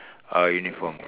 uh uniform